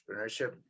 entrepreneurship